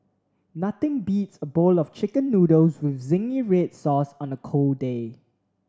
nothing beats a bowl of chicken noodles with zingy red sauce on a cold day